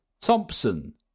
Thompson